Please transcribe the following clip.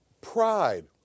pride